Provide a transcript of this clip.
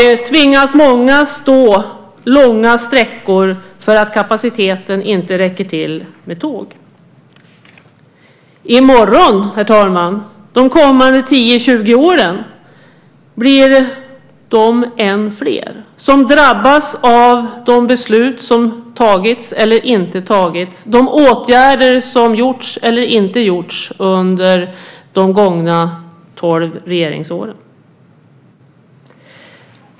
I dag tvingas många stå långa sträckor för att kapaciteten inte räcker till med tåg. I morgon, herr talman, de kommande 10-20 åren, blir det än fler som drabbas av de beslut som tagits eller inte tagits, de åtgärder som gjorts eller inte gjorts under de gångna 12 regeringsåren.